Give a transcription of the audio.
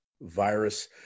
virus